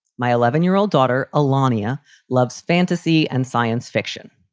my eleven year old daughter alanya loves fantasy and science fiction.